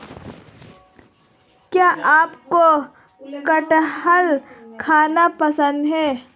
क्या आपको कठहल खाना पसंद है?